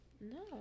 No